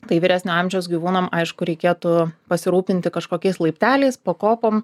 tai vyresnio amžiaus gyvūnam aišku reikėtų pasirūpinti kažkokiais laipteliais pakopom